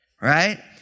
right